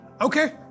okay